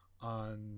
on